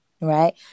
Right